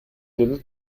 little